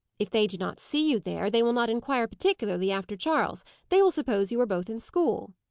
if they do not see you there, they will not inquire particularly after charles they will suppose you are both in school.